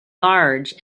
large